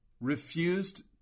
refused